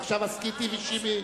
עכשיו הסכיתי ושמעי,